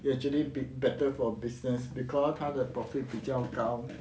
you actually be~ better for business because 他的 profit 比较高